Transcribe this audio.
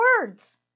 words